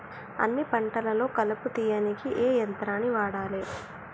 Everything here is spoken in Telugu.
అన్ని పంటలలో కలుపు తీయనీకి ఏ యంత్రాన్ని వాడాలే?